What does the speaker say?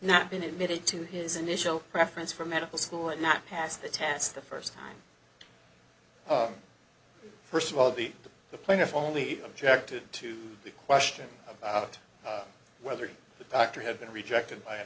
not been admitted to his initial preference for medical school and not pass the test the first time first of all the the plaintiff only objected to the question about whether the doctor had been rejected by a